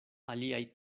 aliaj